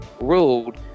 ruled